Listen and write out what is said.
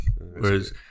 Whereas